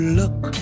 look